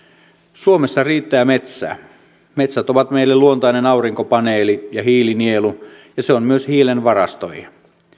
suomessa riittää metsää metsät ovat meille luontainen aurinkopaneeli ja hiilinielu ja se on myös hiilen varastoija